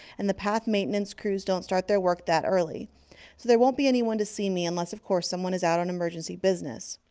and the path-maintenance crews don't start their work that early. so there won't be anyone to see me, unless of course someone is out on emergency business.